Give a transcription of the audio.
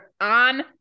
on